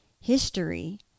history